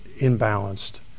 imbalanced